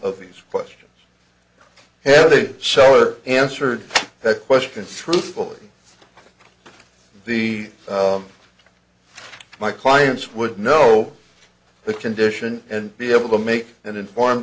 of these questions heather seller answered that question through fully the my clients would know the condition and be able to make an informed